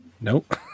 Nope